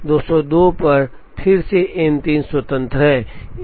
202 पर फिर से M 3 स्वतंत्र है